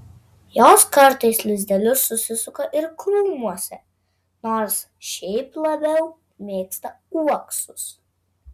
jos kartais lizdelius susisuka ir krūmuose nors šiaip labiau mėgsta uoksus